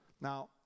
Now